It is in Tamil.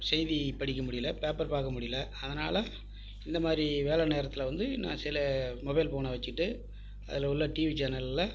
செய்தி படிக்க முடியல பேப்பர் பார்க்க முடியல அதனால் இந்த மாரி வேலை நேரத்தில் வந்து நான் சில மொபைல் ஃபோனை வச்சிக்கிட்டு அதில் உள்ள டிவி சேனலில்